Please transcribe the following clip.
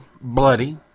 bloody